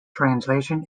translation